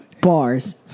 Bars